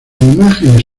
imágenes